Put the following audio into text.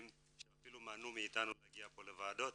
שאפילו מנעו מאתנו להגיע לכאן לוועדות,